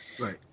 right